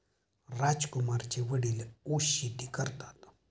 राजकुमारचे वडील ऊस शेती करतात